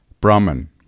Brahman